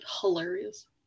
hilarious